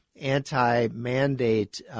anti-mandate